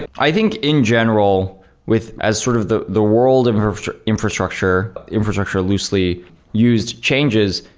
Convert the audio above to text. and i think in general with as sort of the the world of of infrastructure, infrastructure loosely used changes,